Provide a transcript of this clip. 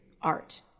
art